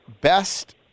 best